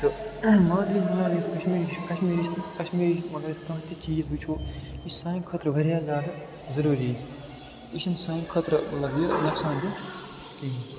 تہٕ مادری زبان یُس کشمیٖری چھِ کشمیٖری چھِ کشمیٖری أسۍ کانٛہہ تہِ چیٖز وٕچھو یہِ چھِ سانہِ خٲطرٕ وارِیاہ زیادٕ ضٔروٗری یہِ چھِنہٕ سانہِ خٲطرٕ مطلب یہِ نۄقصان دہ کِہیٖنۍ